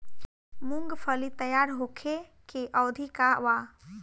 मूँगफली तैयार होखे के अवधि का वा?